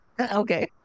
Okay